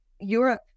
Europe